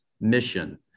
mission